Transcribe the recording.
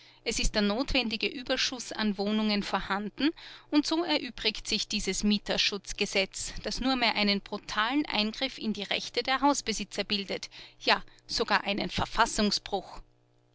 es ist der notwendige ueberschuß an wohnungen vorhanden und so erübrigt sich dieses mieterschutzgesetz das nur mehr einen brutalen eingriff in die rechte der hausbesitzer bildet ja sogar einen verfassungsbruch